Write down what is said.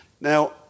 Now